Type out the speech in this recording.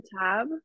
tab